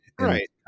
Right